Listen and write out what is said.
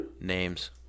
names